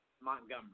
Montgomery